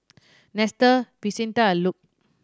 Nestor Vicente and Luc